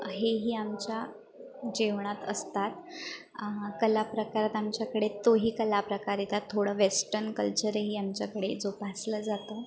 हेही आमच्या जेवणात असतात कलाप्रकार आमच्याकडे तोही कलाप्रकार येतात थोडं वेस्टर्न कल्चरही आमच्याकडे जोपासला जातो